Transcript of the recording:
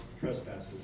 trespasses